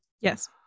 Yes